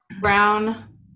Brown